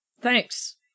Thanks